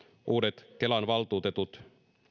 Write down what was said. uudet kelan valtuutetut